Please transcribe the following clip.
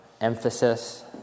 emphasis